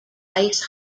ice